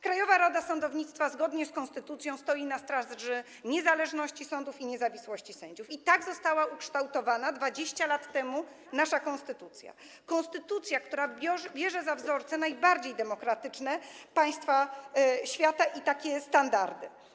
Krajowa Rada Sądownictwa zgodnie z konstytucją stoi na straży niezależności sądów i niezawisłości sędziów i tak została ukształtowana 20 lat temu nasza konstytucja - konstytucja, która bierze za wzorce najbardziej demokratyczne państwa świata i takie standardy.